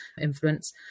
influence